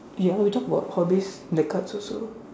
ya we talked about hobbies in the cards also